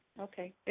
okay